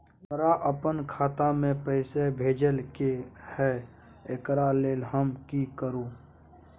हमरा अपन खाता में पैसा भेजय के है, एकरा लेल हम की करू?